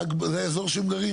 זה האזור שהם גרים בו.